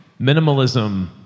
Minimalism